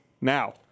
now